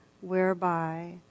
whereby